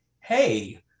hey